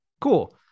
cool